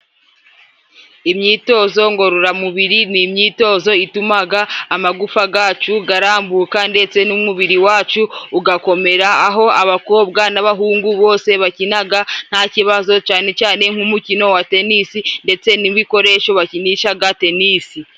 Imyitozo ngororamubiri n'imyitozo ituma amagufa yacu arambuka ndetse n'umubiri wacu ugakomera, aho abakobwa n'abahungu bose bakina nta kibazo, cyane cyane nk'umukino wa tenisi ndetse n'ibikoresho bakinisha tenisi.